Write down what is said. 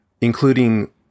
including